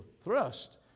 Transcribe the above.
thrust